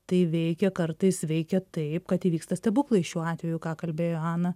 tai veikia kartais veikia taip kad įvyksta stebuklai šiuo atveju ką kalbėjo ana